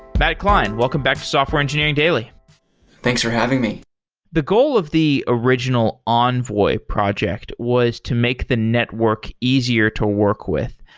matt klein, welcome back to software engineering daily thanks for having me the goal of the original envoy project was to make the network easier to work with.